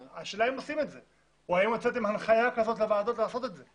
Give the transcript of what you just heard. השאלה אם עושים את זה או האם הוצאתם הנחיה כזאת לוועדות לעשות את זה.